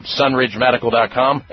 sunridgemedical.com